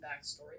backstory